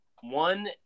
one